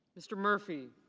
mr. murphy.